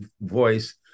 voice